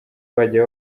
bajya